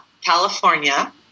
California